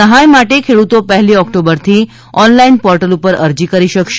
સહાય માટે ખેડૂતો પહેલી ઓક્ટોબરથી ઓનલાઇન પોર્ટલ પર અરજી કરી શકશે